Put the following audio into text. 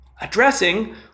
Addressing